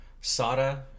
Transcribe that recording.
Sada